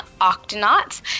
Octonauts